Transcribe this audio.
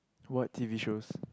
what T_V shows